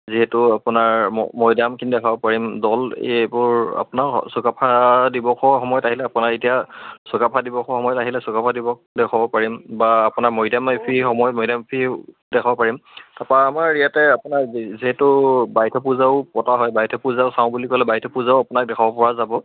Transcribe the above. যিহেতু আপোনাৰ মৈদামখিনি দেখাব পাৰিম দৌল এইবোৰ আপোনাৰ চুকাফা দিৱসৰ সময়ত আহিলে আপোনাৰ এতিয়া চুকাফা দিৱসৰ সময়ত আহিলে চুকাফা দিৱস দেখুৱাব পাৰিম বা আপোনাৰ মে ডাম মে ফি সময়ত মে ডাম মে ফিও দেখুৱাব পাৰিম তাৰপৰা আমাৰ ইয়াতে আপোনাৰ যিহেতু বাইথৌ পূজাও পতা হয় বাইথৌ পূজাও চাওঁ বুলি ক'লে বাইথৌ পূজাও আপোনাক দেখুৱাবপৰা যাব